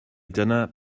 dyna